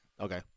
okay